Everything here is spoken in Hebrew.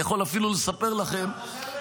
אני יכול אפילו לספר לכם --- אתה חוזר